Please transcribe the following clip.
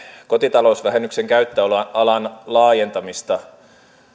kotitalousvähennyksen käyttöalan laajentamista